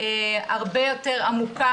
הרבה יותר עמוקה